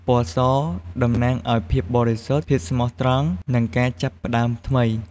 ពណ៌ស តំណាងឲ្យ ភាពបរិសុទ្ធ ភាពស្មោះត្រង់ និង ការចាប់ផ្តើមថ្មី។